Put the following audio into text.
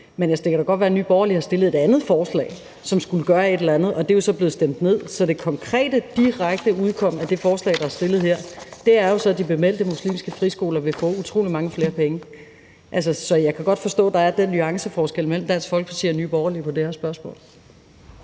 Altså, det kan da godt være, at Nye Borgerlige har stillet et andet forslag, som skulle gøre et eller andet, men det er jo blevet stemt ned. Så det konkrete, direkte udkomme af det forslag, der er stillet her, er jo, at de bemeldte muslimske friskoler vil få utrolig mange flere penge. Jeg kan godt forstå, der er den nuanceforskel mellem Dansk Folkeparti og Nye Borgerlige på det her spørgsmål.